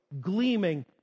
gleaming